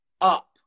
up